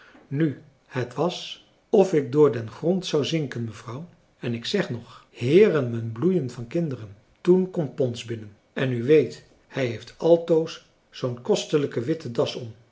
nu het was of ik door den grond zou zinken mevrouw en ik zeg nog heere mijn bloeien van kinderen toen komt pons binnen en u weet hij heeft altoos zoo'n kostelijke witte das om